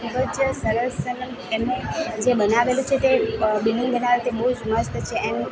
ખૂબ જ સરસ મતલબ એમાંય જે બનાવેલું છે તે બિલ્ડિંગ બનાવે તે બહુ જ મસ્ત છે એન્ડ